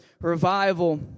revival